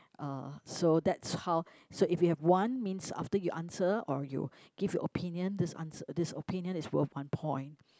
uh so that's how so if you have one means after you answer or you give your opinion this answer this opinion is worth one point